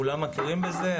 כולם מכירים בזה.